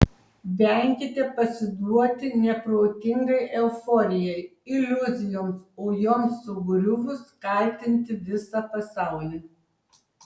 venkite pasiduoti neprotingai euforijai iliuzijoms o joms sugriuvus kaltinti visą pasaulį